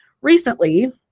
recently